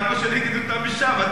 אני